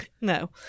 No